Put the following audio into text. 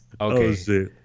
Okay